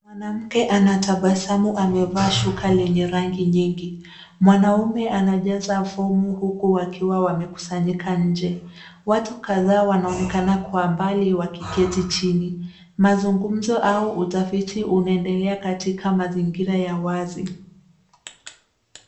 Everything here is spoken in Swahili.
Mwanamke anatabasamu. Amevaa shuka lenye rangi nyingi. Mwanamume anajaza fomu huku wakiwa wamekusanyika nje. Watu kadhaa wanaonekana kwa mbali wakiketi chini. Mazungumzo au utafiti unaendelea katika mazingira ya wazi.